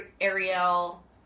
Ariel